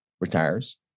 retires